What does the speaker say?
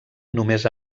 només